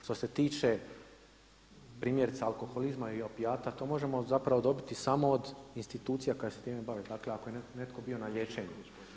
Što se tiče primjerice alkoholizma i opijata to možemo dobiti samo od institucija koje se time bave, dakle ako je neko bio na liječenu.